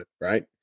Right